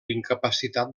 incapacitat